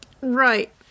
Right